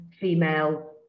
female